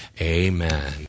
amen